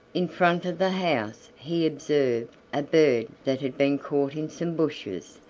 in front of the house he observed a bird that had been caught in some bushes,